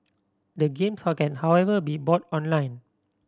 the games how can however be bought online